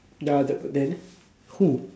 ya th~ then who